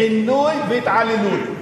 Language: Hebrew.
עינוי והתעללות.